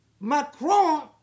Macron